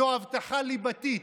זו הבטחה ליבתית,